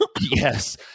Yes